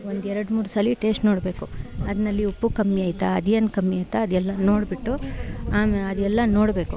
ಒಂದು ಎರ್ಡು ಮೂರು ಸಲ ಟೇಶ್ಟ್ ನೋಡಬೇಕು ಅದ್ರಲ್ಲಿ ಉಪ್ಪು ಕಮ್ಮಿ ಆಯ್ತ ಅದೇನು ಕಮ್ಮಿ ಆಯ್ತ ಅದೆಲ್ಲ ನೋಡಿಬಿಟ್ಟು ಆಮೆ ಅದೆಲ್ಲ ನೋಡಬೇಕು